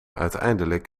uiteindelijk